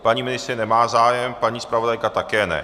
Paní ministryně nemá zájem, paní zpravodajka také ne.